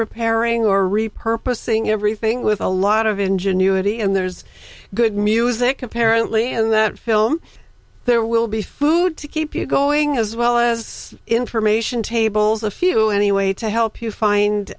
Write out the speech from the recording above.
repairing or repurposing everything with a lot of ingenuity and there's good music apparently in that film there will be food to keep you going as well as information tables a few anyway to help you find